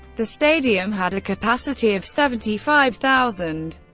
the stadium had a capacity of seventy five thousand.